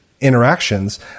interactions